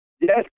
Yes